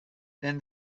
than